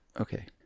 Okay